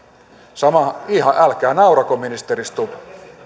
älkää naurako ministeri stubb